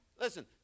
Listen